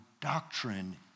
doctrine